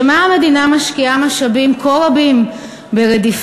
לשם מה המדינה משקיעה משאבים כה רבים ברדיפה,